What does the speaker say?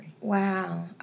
wow